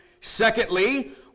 Secondly